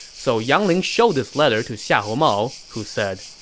so yang ling showed this letter to xiahou mao, who said,